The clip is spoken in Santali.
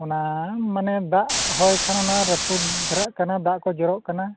ᱚᱱᱟ ᱢᱟᱱᱮ ᱫᱟᱜ ᱦᱚᱭ ᱠᱷᱟᱱ ᱚᱱᱟ ᱨᱟᱹᱯᱩᱫ ᱫᱷᱟᱨᱟᱜ ᱠᱟᱱᱟ ᱫᱟᱜ ᱠᱚ ᱡᱚᱨᱚᱜ ᱠᱟᱱᱟ